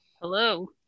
Hello